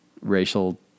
racial